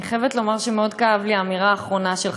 אני חייבת לומר שמאוד כאבה לי האמירה האחרונה שלך,